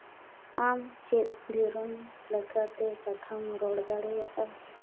ᱟᱢ ᱪᱮᱫ ᱫᱷᱤᱨᱚᱱ ᱞᱮᱠᱟᱛᱮ ᱠᱟᱛᱷᱟᱢ ᱨᱚᱲ ᱫᱟᱲᱮᱭᱟᱜᱼᱟ